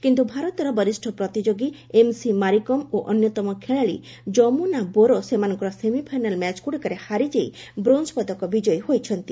କିନ୍ତୁ ଭାରତର ବରିଷ୍ଠ ପ୍ରତିଯୋଗୀ ଏମ୍ସି ମାରିକମ୍ ଓ ଅନ୍ୟତମ ଖେଳାଳି ଜମୁନା ବୋରୋ ସେମାନଙ୍କର ସେମିଫାଇନାଲ୍ ମ୍ୟାଚ୍ଗୁଡ଼ିକରେ ହାରିଯାଇ ବ୍ରୋଞ୍ଜ ପଦକ ବିଜୟୀ ହୋଇଛନ୍ତି